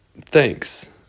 thanks